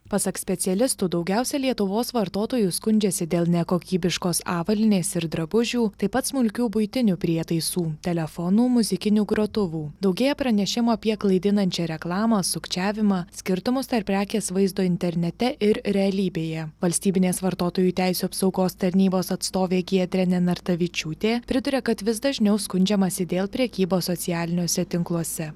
pasak specialistų daugiausia lietuvos vartotojų skundžiasi dėl nekokybiškos avalynės ir drabužių taip pat smulkių buitinių prietaisų telefonų muzikinių grotuvų daugėja pranešimų apie klaidinančią reklamą sukčiavimą skirtumus tarp prekės vaizdo internete ir realybėje valstybinės vartotojų teisių apsaugos tarnybos atstovė giedrė nenartavičiūtė priduria kad vis dažniau skundžiamasi dėl prekybos socialiniuose tinkluose